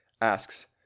asks